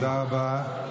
תודה רבה.